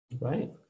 Right